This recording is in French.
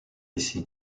ici